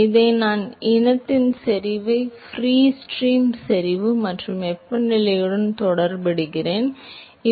எனவே இதேபோல் நான் இந்த இனத்தின் செறிவை ஃபிரீ ஸ்ட்ரீம் செறிவு மற்றும் வெப்பநிலையுடன் தொடர்புடைய ஃப்ரீ ஸ்ட்ரீம் திரவ வெப்பநிலையுடன் அளவிட முடியும்